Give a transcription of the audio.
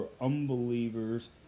unbelievers